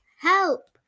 Help